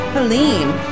Helene